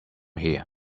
here